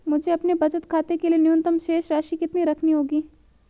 मुझे अपने बचत खाते के लिए न्यूनतम शेष राशि कितनी रखनी होगी?